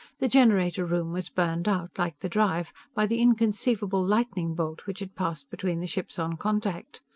the generator room was burned out, like the drive, by the inconceivable lightning bolt which had passed between the ships on contact.